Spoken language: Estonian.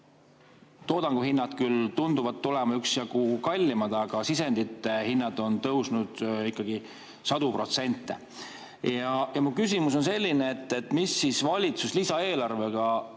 Toodanguhinnad küll tunduvad tulevat üksjagu kallimad, aga sisendite hinnad on tõusnud ikkagi sadu protsente. Mu küsimus on selline, et mis abi siis valitsus lisaeelarvega